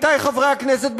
עמיתי חברי הכנסת,